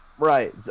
Right